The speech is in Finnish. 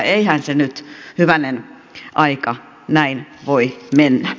eihän se nyt hyvänen aika näin voi mennä